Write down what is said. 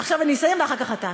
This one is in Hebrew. עכשיו אני אסיים, ואחר כך אתה.